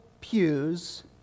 pews